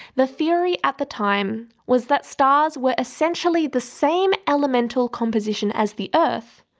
the theory at the time was that stars were essentially the same elemental composition as the earth,